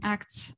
Acts